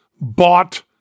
bought